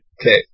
Okay